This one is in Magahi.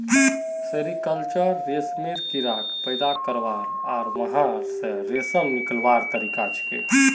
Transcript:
सेरीकल्चर रेशमेर कीड़ाक पैदा करवा आर वहा स रेशम निकलव्वार तरिका छिके